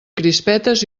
crispetes